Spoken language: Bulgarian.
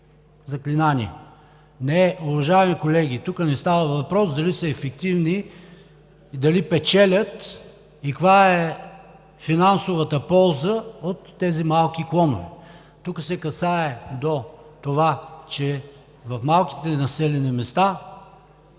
заклинания. Не, уважаеми колеги, тук не става въпрос дали са ефективни, дали печелят и каква е финансовата полза от тези малки клонове. Тук се касае до това, че в малките населени места